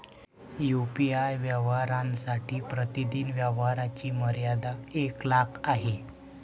UPI व्यवहारांसाठी प्रतिदिन व्यवहारांची मर्यादा एक लाख आहे